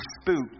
spooked